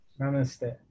Namaste